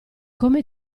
come